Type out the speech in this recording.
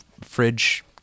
fridge